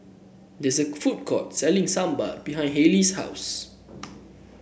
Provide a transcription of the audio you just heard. there is a food court selling Sambar behind Hallie's house